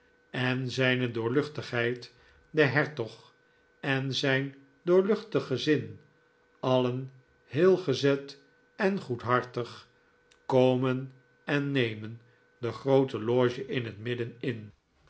en zijne doorluchtigheid de hertog en zijn doorluchtig gezin alien heel gezet en goedhartig komen en nemen de groote loge in het midden in